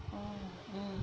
oh